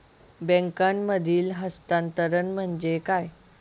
बँकांमधील हस्तांतरण म्हणजे काय?